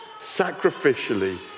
sacrificially